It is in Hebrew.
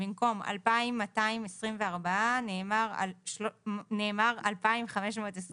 במקום "2,224" נאמר "2,521".